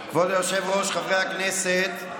חברי הכנסת,